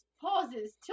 pauses